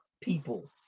people